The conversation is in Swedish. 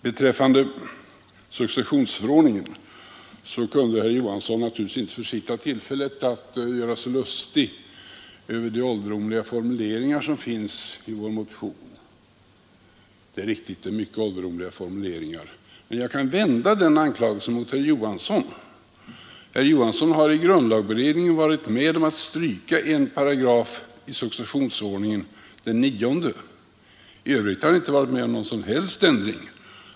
Vad så gäller successionsordningen kunde herr Johansson naturligtvis inte försitta tillfället att göra sig lustig över de ålderdomliga formuleringarna i vår motion. Det är riktigt att där finns ålderdomliga formuleringar men jag kan vända den anklagelsen mot herr Johansson, som i grundlagberedningen har varit med om att stryka 9 § i successionsordningen. I övrigt har han inte varit med om någon som helst ändring.